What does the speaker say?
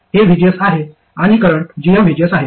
हे vgs आहे आणि करंट gmvgs आहे